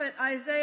Isaiah